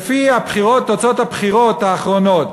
לפי תוצאות הבחירות האחרונות,